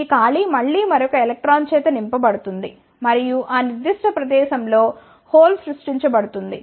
ఈ ఖాళీ మళ్ళీ మరొక ఎలక్ట్రాన్ చేత నింపబడుతుంది మరియు ఆ నిర్దిష్ట ప్రదేశం లో హోల్ సృష్టించబడుతుంది